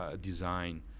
design